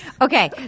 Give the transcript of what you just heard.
Okay